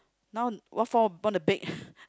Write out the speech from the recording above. now what for want to bake